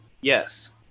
Yes